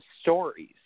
stories